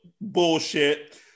bullshit